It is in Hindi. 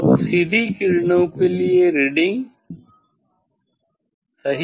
तो अब सीधी किरणों के लिए रीडिंग सही है